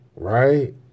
Right